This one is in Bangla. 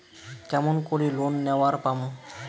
কেমন করি লোন নেওয়ার পামু?